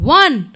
one